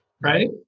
right